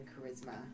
charisma